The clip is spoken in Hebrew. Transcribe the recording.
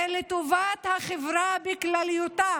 זה לטובת החברה בכללותה,